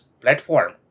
platform